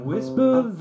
Whisper